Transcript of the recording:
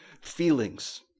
feelings